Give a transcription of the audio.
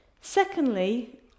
secondly